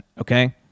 okay